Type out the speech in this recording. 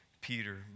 Peter